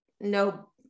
no